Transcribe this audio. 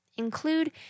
include